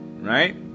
right